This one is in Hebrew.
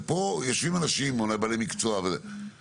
בשעות הקשות שיש לנו אחר כך.